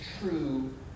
true